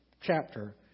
chapter